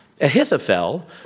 Ahithophel